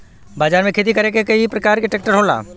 बाजार में खेती करे के कई परकार के ट्रेक्टर होला